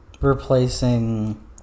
replacing